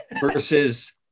versus